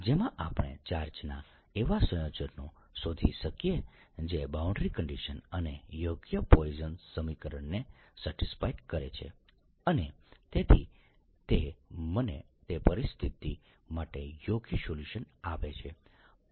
જેમાં આપણે ચાર્જના એવા સંયોજનો શોધી શકીએ જે બાઉન્ડ્રી કન્ડીશન અને યોગ્ય પોઇસન સમીકરણને સેટિસ્ફાય કરે છે અને તેથી તે મને તે પરિસ્થિતિ માટે યોગ્ય સોલ્યુશન આપે છે